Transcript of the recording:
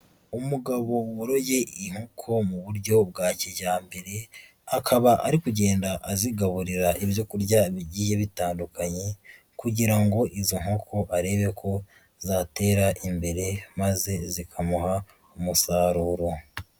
Umugabo woroye inkoko mu buryo bwa kijyambere akaba ari kugenda azigaburira ibyo kurya bigiye bitandukanye kugira ngo izo nkoko arebe ko zatera imbere maze zikamuha umusaruro.